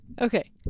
Okay